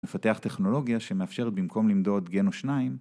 ‫מפתח טכנולוגיה שמאפשרת ‫במקום למדוד גן או שניים...